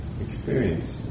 experience